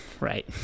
right